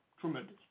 Tremendous